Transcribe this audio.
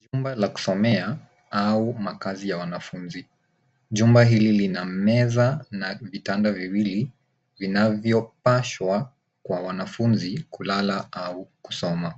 Jumba la kusomea au makazi ya wanafunzi. Jumba hili lina meza na vitanda viwili vinavyopashwa kwa wanafunzi kulala au kusoma.